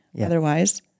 Otherwise